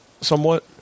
somewhat